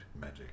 Magic